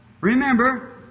Remember